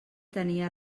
tenia